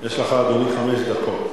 יש לך, אדוני, חמש דקות.